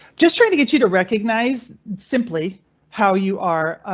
just trying to get you to recognize simply how you are.